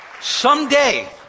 Someday